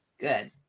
good